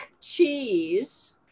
cheese